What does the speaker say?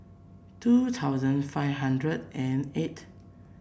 two thousand five hundred and eight